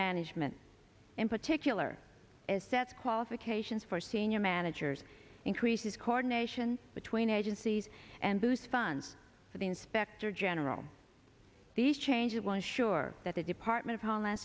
management in particular as sets qualifications for senior managers increases cored nation between agencies and boost funds for the inspector general these changes will ensure that the department of homeland